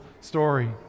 story